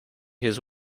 his